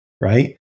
right